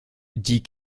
die